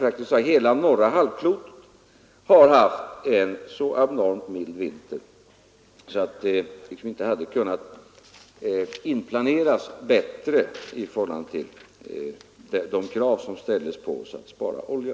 Praktiskt taget hela norra halvklotet har haft en så abnormt mild vinter att den inte hade kunnat planeras in bättre med tanke på de krav som nu ställdes på oss att spara olja.